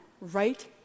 right